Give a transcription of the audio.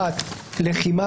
1. לחימה,